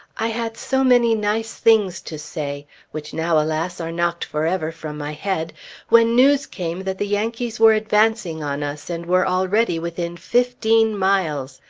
i had so many nice things to say which now, alas, are knocked forever from my head when news came that the yankees were advancing on us, and were already within fifteen miles.